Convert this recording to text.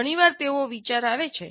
ઘણીવાર તેવો વિચાર આવે છે